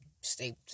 stay